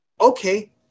okay